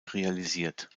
realisiert